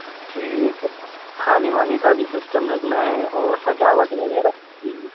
ठीक खाने वाने का भी सिस्टम रखना है और सजावट वगैरह भी